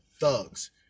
thugs